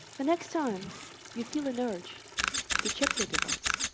the next time you feel an urge to check your device,